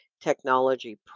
technology